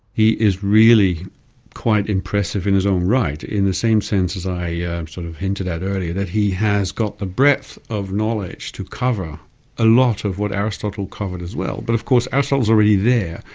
he is really quite impressive in his own right, in the same sense as i yeah sort of hinted at earlier, that he has got the breadth of knowledge to cover a lot of what aristotle covered as well, but of course aristotle's already there,